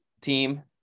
team